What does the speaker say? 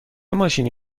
ماشینی